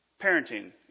parenting